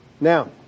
Now